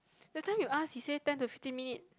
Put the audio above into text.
that time you asked he said ten to fifteen minute